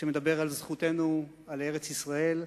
שמדבר על זכותנו על ארץ-ישראל.